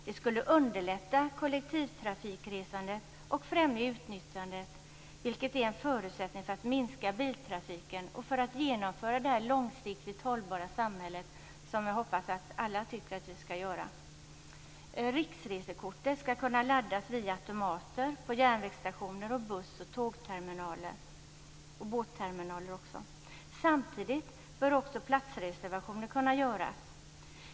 Det skulle underlätta kollektivtrafikresandet och främja utnyttjandet, vilket är en förutsättning för att minska biltrafiken och för att genomföra det långsiktigt hållbara samhälle som jag hoppas att alla tycker att vi skall göra. Riksresekortet skall kunna laddas via automater på järnvägsstationer och på buss och båtterminaler. Samtidigt bör också platsreservationer kunna göras.